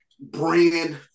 brand